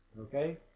okay